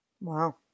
Wow